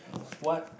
what